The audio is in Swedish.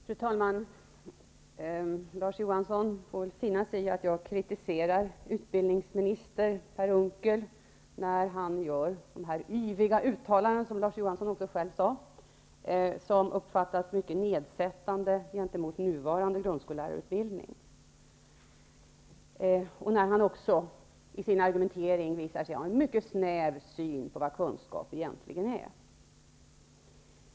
Fru talman! Larz Johansson får finna sig i att jag kritiserar utbildningsminister Per Unckel när han gör de här yviga uttalandena, som Larz Johansson själv sade. De uppfattas som mycket nedsättande gentemot nuvarande grundskollärarutbildning. Detsamma gäller när han i sin argumentering visar sig ha en mycket snäv syn på vad kunskap egentligen är.